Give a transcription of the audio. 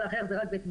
לחייב זה רק בית משפט.